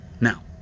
Now